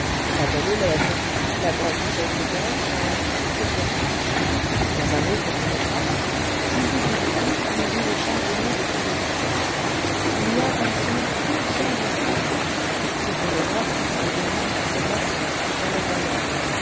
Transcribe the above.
la belle hélène la grandeduchesse de gérolstein etc dans un autre phonographe judic et dupuis nous jouent les charbonniers de philippe gille h y a comme cela deux cents instruments ce phonographe qui parle du nez c'est hyacinthe du